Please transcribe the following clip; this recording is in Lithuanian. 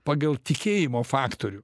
pagal tikėjimo faktorių